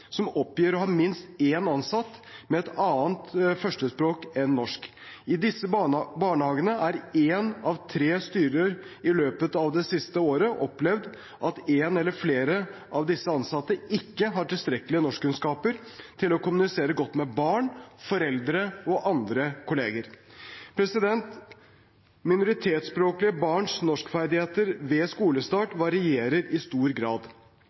som oppgir å ha minst én ansatt med et annet førstespråk enn norsk. I disse barnehagene har én av tre styrere i løpet av det siste året opplevd at én eller flere av disse ansatte ikke har tilstrekkelige norskkunnskaper til å kommunisere godt med barn, foreldre og andre kolleger. Minoritetsspråklige barns norskferdigheter ved skolestart varierer i stor grad.